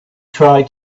try